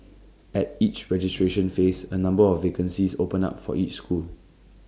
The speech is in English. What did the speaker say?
at each registration phase A number of vacancies open up for each school